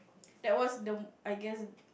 that was the mo~ I guess